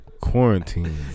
Quarantine